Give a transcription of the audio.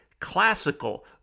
Classical